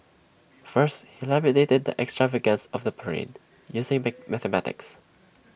first he lamented the extravagance of the parade using mate mathematics